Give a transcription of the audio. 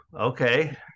okay